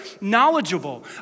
knowledgeable